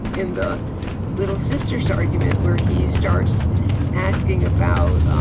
in the little sisters argument, where he starts asking about